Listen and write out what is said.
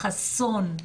חסון,